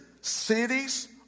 cities